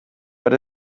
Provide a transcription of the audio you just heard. but